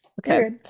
okay